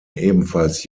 ebenfalls